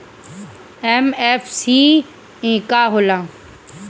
MFC का होला?